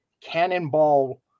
Cannonball